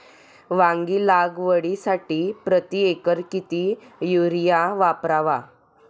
वांगी लागवडीसाठी प्रति एकर किती युरिया वापरावा?